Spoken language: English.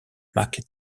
market